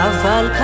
Aval